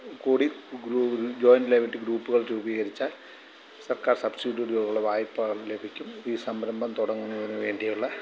കൂടി joint liability ഗ്രൂപ്പുകൾ രൂപീകരിച്ചാൽ സർക്കാർ സബ്സിഡിയോടുകൂടിയുള്ള വായ്പകൾ ലഭിക്കും ഈ സംരംഭം തുടങ്ങുന്നതിനു വേണ്ടിയുള്ള